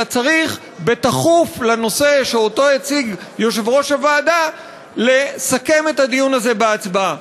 אלא צריך תכוף לנושא שהציג יושב-ראש הוועדה לסכם את הדיון הזה בהצבעה.